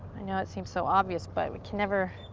i know it seems so obvious, but we can never